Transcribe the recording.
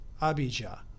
Abijah